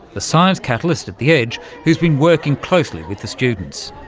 the science catalyst at the edge who's been working closely with the students.